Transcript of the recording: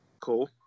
Cool